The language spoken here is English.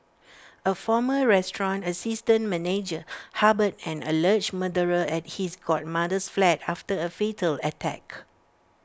A former restaurant assistant manager harboured an alleged murderer at his godmother's flat after A fatal attack